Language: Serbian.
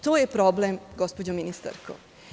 To je problem, gospođo ministarko.